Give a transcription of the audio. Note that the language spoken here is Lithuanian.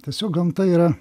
tiesiog gamta yra